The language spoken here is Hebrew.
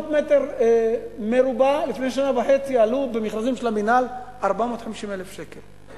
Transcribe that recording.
400 מטר מרובע לפני שנה וחצי עלו במכרזים של המינהל 450,000 שקלים.